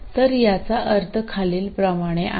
तर याचा अर्थ खालीलप्रमाणे आहे